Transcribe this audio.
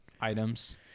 items